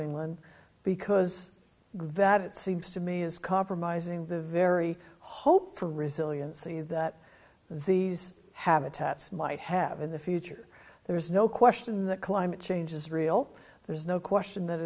england because that it seems to me is compromising the very hope for resiliency that these habitats might have in the future there's no question that climate change is real there's no question that